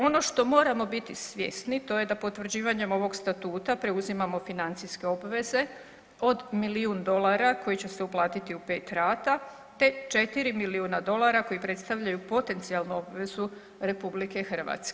Ono što moramo biti svjesni, to je da potvrđivanjem ovog Statuta preuzimamo financijske obveze od milijun dolara koji će se uplatiti u 5 rata te 4 milijuna dolara koji predstavljaju potencijalnu obvezu RH.